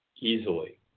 easily